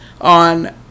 on